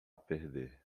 perder